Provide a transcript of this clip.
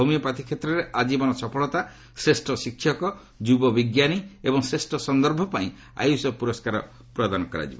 homeopathy କ୍ଷେତ୍ରରେ ଆଜୀବନ ସଫଳତା ଶ୍ରେଷ୍ଠ ଶିକ୍ଷକ ଯୁବ ବିଞ୍ଜାନୀ ଏବଂ ଶ୍ରେଷ୍ଠ ସନ୍ଦର୍ଭ ପାଇଁ ଆୟୁଷ ପୁରସ୍କାର ପ୍ରଦାନ କରାଯିବ